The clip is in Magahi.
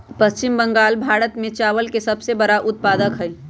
पश्चिम बंगाल भारत में चावल के सबसे बड़ा उत्पादक हई